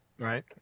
Right